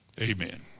Amen